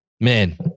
Man